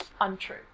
untrue